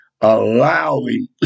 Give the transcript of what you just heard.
allowing